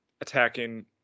attacking